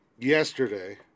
yesterday